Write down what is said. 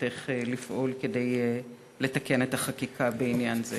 בכוונתך לפעול כדי לתקן את החקיקה בעניין זה?